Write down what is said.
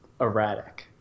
erratic